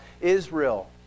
Israel